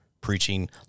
preaching